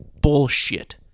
bullshit